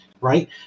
right